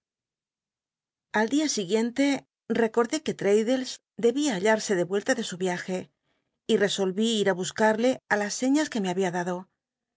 al dia siguiente rceordé c uc trad llcs dchia hallarse de uclta de su yiajc y rcsol í ir í buscarle las sciias que me habia dado